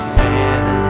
man